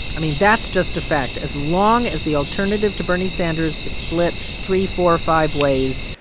i mean, that's just a fact. as long as the alternative to bernie sanders is split three, four, or five ways,